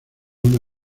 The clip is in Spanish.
una